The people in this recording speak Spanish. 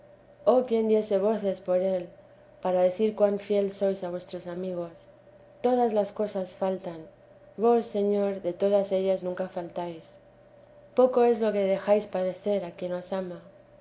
oh quién diese voces por él para decir cuan fiel sois a vuestros amigos todas las cosas faltan vos señor de todas ellas nunca faltáis poco es lo que dejáis padecer a quien os ama